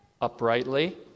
uprightly